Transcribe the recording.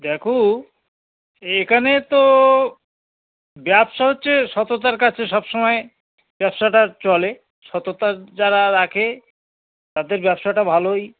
দেখো এখানে তো ব্যবসা হচ্ছে সততার কাছে সবসময় ব্যবসাটা চলে সততা যারা রাখে তাদের ব্যবসাটা ভালোই